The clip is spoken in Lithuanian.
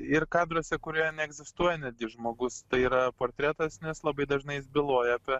ir kadruose kurie neegzistuoja netgi žmogus tai yra portretas nes labai dažnai byloja apie